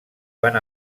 van